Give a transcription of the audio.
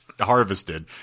harvested